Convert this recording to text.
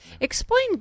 Explain